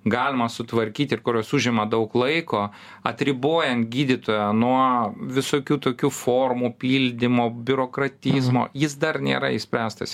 galima sutvarkyt ir kurios užima daug laiko atribojant gydytoją nuo visokių tokių formų pildymo biurokratizmo jis dar nėra išspręstas